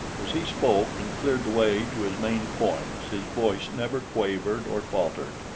as he spoke and cleared the way to his main points, his voice never quavered or faltered.